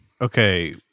okay